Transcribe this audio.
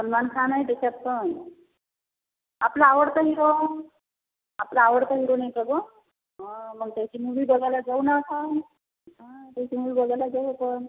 सलमान खान आहे त्याच्यात पण आपला आवडता हिरो आपला आवडता हिरो नाही का गं हं मग त्याची मूव्ही बघायला जाऊ नं आपण हं त्याची मूवी बघायला जाऊ आपण